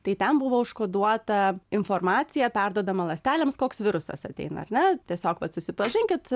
tai ten buvo užkoduota informacija perduodama ląstelėms koks virusas ateina ar ne tiesiog vat susipažinkit